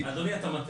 אגיד לך למה אתה מטעה.